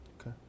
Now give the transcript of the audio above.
Okay